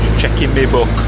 checking my book.